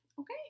Okay